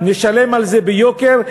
נשלם על זה ביוקר,